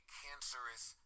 cancerous